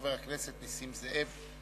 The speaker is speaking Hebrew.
חבר הכנסת נסים זאב.